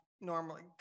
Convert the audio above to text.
normally